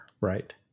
Right